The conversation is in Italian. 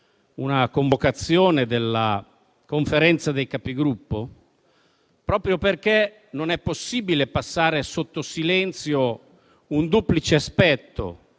la convocazione della Conferenza dei Capigruppo, proprio perché non è possibile passare sotto silenzio un duplice aspetto.